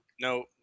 No